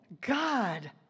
God